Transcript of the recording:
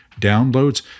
downloads